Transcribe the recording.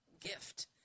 gift